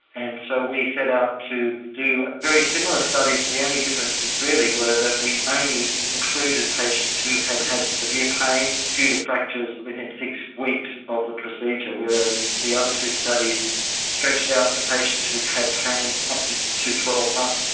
and so we set out to do a very similar study, the only differences really were that we only included patients who had had severe pain due to fractures within six weeks of the procedure, whereas the other two studies stretched out to patients who had had pain up to to twelve months.